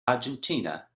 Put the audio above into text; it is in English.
argentina